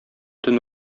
төн